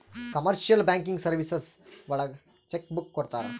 commercial banking services ಒಳಗ cheque book ಕೊಡ್ತಾರ